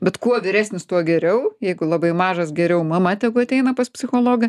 bet kuo vyresnis tuo geriau jeigu labai mažas geriau mama tegu ateina pas psichologą